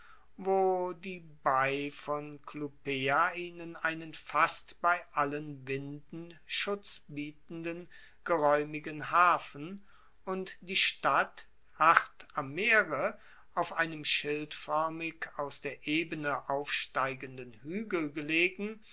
wo die bai von clupea ihnen einen fast bei allen winden schutz bietenden geraeumigen hafen und die stadt hart am meere auf einem schildfoermig aus der ebene aufsteigenden huegel gelegen